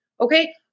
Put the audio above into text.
Okay